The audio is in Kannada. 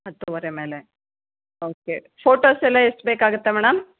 ಹತ್ತುವರೆ ಮೇಲೆ ಓಕೆ ಫೋಟೋಸ್ ಎಲ್ಲ ಎಷ್ಟು ಬೇಕಾಗುತ್ತೆ ಮೇಡಮ್